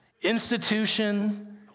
institution